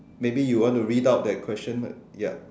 maybe you want to read out that question right ya